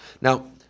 Now